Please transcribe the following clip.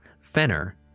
Fenner